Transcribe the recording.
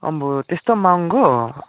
अम्बो त्यस्तो महँगो